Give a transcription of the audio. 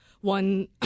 one